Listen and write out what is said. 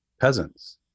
peasants